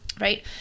Right